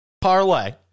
parlay